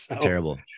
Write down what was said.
Terrible